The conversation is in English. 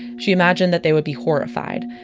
she imagined that they would be horrified.